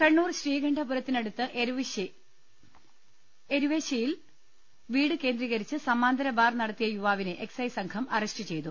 കണ്ണൂർ ശ്രീകണ്ഠപുരത്തിനടുത്ത് എരുവേശ്ശിയിൽ വീട് കേന്ദ്രീകരിച്ച് സമാന്തര ബാർ നടത്തിയ യുവാവിനെ എക്സൈസ് സംഘം അറസ്റ്റ് ചെയ്തു